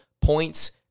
points